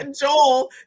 joel